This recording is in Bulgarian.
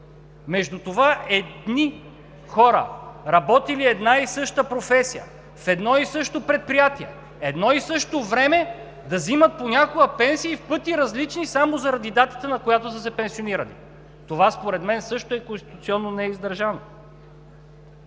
между това едни хора, работили една и съща професия, в едно и също предприятие по едно и също време да взимат пенсия, в пъти различна, само заради датата, на която са се пенсионирали. Това според мен също е конституционно неиздържано.